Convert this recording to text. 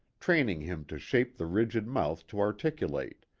training him to shape the rigid mouth to articulate,